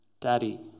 Daddy